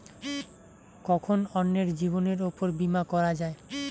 কখন অন্যের জীবনের উপর বীমা করা যায়?